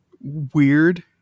weird